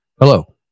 Hello